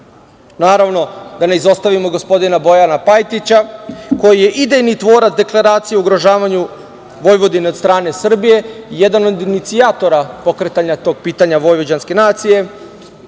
tačna. Naravno, da ne izostavimo gospodina Bojana Pajtića, koji je idejni tvorac deklaracije o ugrožavanju Vojvodine od strane Srbije, jedan od inicijatora pokretanja tog pitanja vojvođanske nacije,